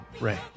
Ray